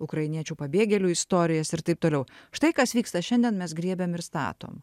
ukrainiečių pabėgėlių istorijas ir taip toliau štai kas vyksta šiandien mes griebiam ir statom